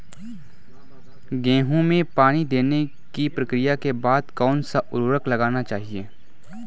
गेहूँ में पानी देने की प्रक्रिया के बाद कौन सा उर्वरक लगाना चाहिए?